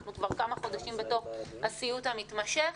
אנחנו כבר כמה חודשים בתוך הסיוט המתמשך.